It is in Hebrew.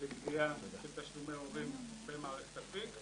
לגביה של תשלומי הורים במערכת אפיק,